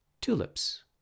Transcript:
Tulips